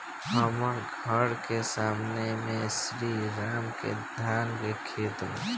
हमर घर के सामने में श्री राम के धान के खेत बा